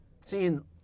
Seeing